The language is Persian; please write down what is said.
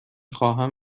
خواهم